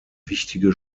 wichtige